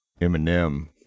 Eminem